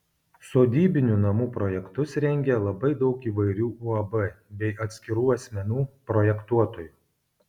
sodybinių namų projektus rengia labai daug įvairių uab bei atskirų asmenų projektuotojų